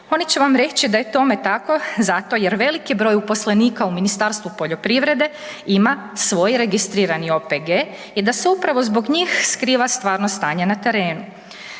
oni će vam reći da je tome tako zato jer veliki broj uposlenika u Ministarstvu poljoprivrede ima svoj registrirani OPG i da se upravo zbog njih skriva stvarno stanje na terenu.